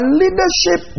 leadership